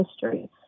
history